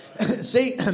See